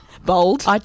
Bold